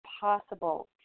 possible